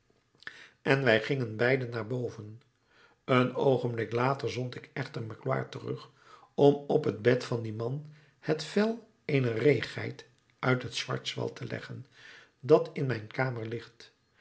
en wij gingen beiden naar boven een oogenblik later zond ik echter magloire terug om op het bed van dien man het vel eener reegeit uit het schwarzwald te leggen dat in mijn kamer ligt